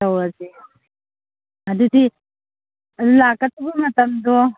ꯇꯧꯔꯁꯦ ꯑꯗꯨꯗꯤ ꯑꯗꯨ ꯂꯥꯛꯀꯗꯕ ꯃꯇꯝꯗꯣ